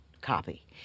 copy